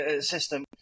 system